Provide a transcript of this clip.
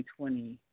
2020